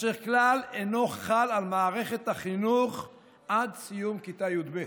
אשר כלל אינו חל על מערכת החינוך עד סיום כיתה י"ב.